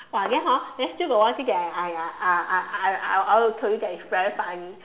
!wah! then hor then still got one thing that I I I I I I want to tell you that is very funny